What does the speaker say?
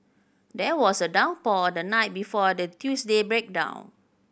there was a downpour the night before the Tuesday breakdown